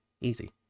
Easy